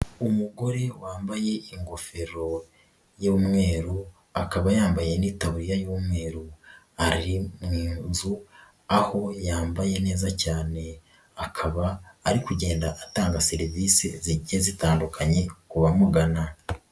Umugore wambaye ingofero y'umweru akaba yambaye n'itaburiya y'umweru, ari mu nzu aho yambaye neza cyane, akaba ari kugenda atanga serivisi zigiye zitandukanye kubamugana.